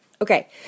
Okay